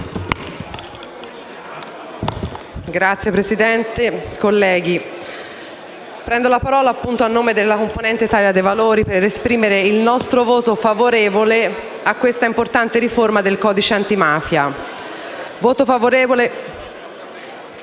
Signor Presidente, colleghi, prendo la parola a nome della componente Italia dei Valori del Gruppo Misto per esprimere il nostro voto favorevole a questa importante riforma del codice antimafia. Voto favorevole